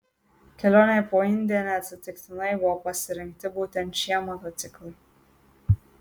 kelionei po indiją neatsitiktinai buvo pasirinkti būtent šie motociklai